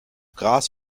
gras